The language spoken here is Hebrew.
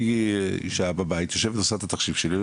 אני אישה בבית יושבת ועושה את התחשיב שלי,